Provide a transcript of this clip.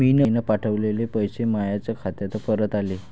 मीन पावठवलेले पैसे मायाच खात्यात परत आले